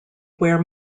where